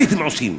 מה הייתם עושים?